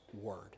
Word